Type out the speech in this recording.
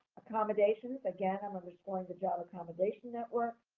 accommodations again. i'm underscoring the job accommodation network.